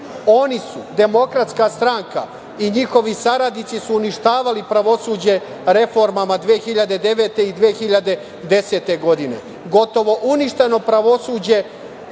Oni su, Demokratska stranka i njihovi saradnici, uništavali pravosuđe reformama 2009. i 2010. godine. Gotovo uništeno pravosuđe